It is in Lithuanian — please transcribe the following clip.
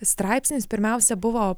straipsnis pirmiausia buvo